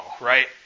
right